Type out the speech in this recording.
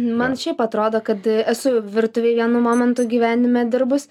man šiaip atrodo kad esu virtuvėj vienu momentu gyvenime dirbus